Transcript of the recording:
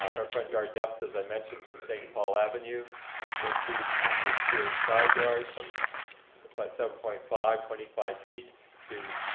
our front yard depth as i mentioned from st. paul avenue is an increase in the exterior side yard from about but seven point five, twenty five feet to